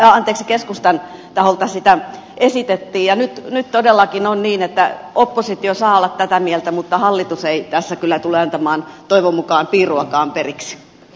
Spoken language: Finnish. silloinhan keskustan taholta sitä esitettiin ja nyt todellakin on niin että oppositio saa olla tätä mieltä mutta hallitus ei tässä kyllä tule antamaan toivon mukaan piiruakaan periksi